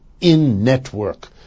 in-network